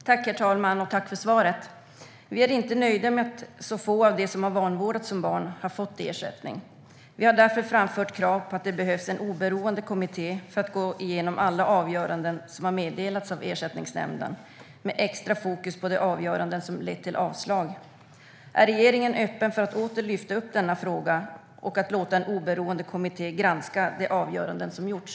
Herr talman! Tack, statsrådet, för svaret! Vi är inte nöjda med att så få av de som har vanvårdats som barn har fått ersättning. Vi har därför framfört krav på en oberoende kommitté som kan gå igenom alla avgöranden som har meddelats av Ersättningsnämnden, med extra fokus på de avgöranden som har lett till avslag. Är regeringen öppen för att åter lyfta upp denna fråga och låta en oberoende kommitté granska de avgöranden som meddelats?